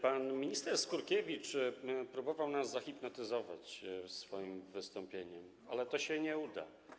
Pan minister Skurkiewicz próbował nas zahipnotyzować w swoim wystąpieniu, ale to się nie uda.